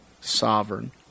sovereign